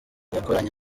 yakoranye